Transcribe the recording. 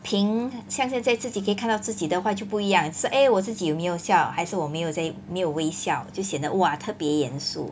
屏像现在自己可以看到自己的话就不一样是 eh 我自己有没有笑还是我没有在没有微笑就显得 !wah! 特别严肃